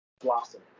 blossom